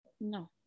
no